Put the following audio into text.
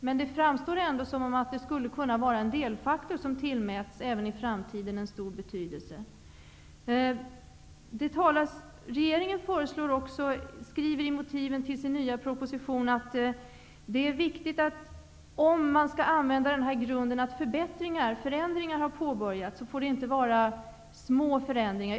Men det framstår ändå som att det även i framtiden skulle kunna vara en delfaktor som tillmäts en stor betydelse. Regeringen skriver i motiven till sin nya proposition, att om man skall använda denna grund är det viktigt att det inte är fråga om små förändringar.